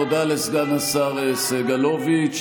תודה לסגן השר סגלוביץ'.